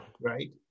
Right